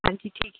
ਹਾਂਜੀ ਠੀਕ